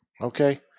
Okay